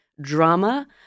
drama